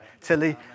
Tilly